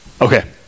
okay